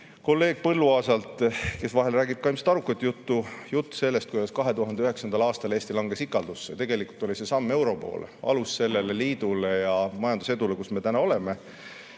kolleeg Põlluaasa, kes vahel räägib ka ilmselt arukat juttu, jutt sellest, kuidas 2009. aastal Eesti langes ikaldusse. Tegelikult oli see samm euro poole, alus sellele liidule ja majandusedule, kus me täna oleme,